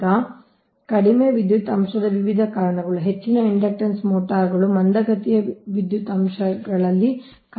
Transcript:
ಈಗ ಕಡಿಮೆ ವಿದ್ಯುತ್ ಅಂಶದ ವಿವಿಧ ಕಾರಣಗಳು ಹೆಚ್ಚಿನ ಇಂಡಕ್ಷನ್ ಮೋಟಾರ್ಗಳು ಮಂದಗತಿಯ ವಿದ್ಯುತ್ ಅಂಶದಲ್ಲಿ ಕಾರ್ಯನಿರ್ವಹಿಸುತ್ತವೆ